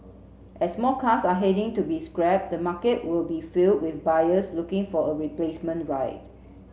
as more cars are heading to be scrapped the market will be filled with buyers looking for a replacement ride